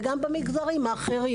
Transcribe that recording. וגם במגזרים האחרים,